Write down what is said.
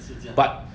是这样的